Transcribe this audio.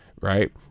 Right